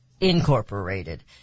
Incorporated